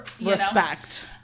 Respect